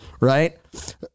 Right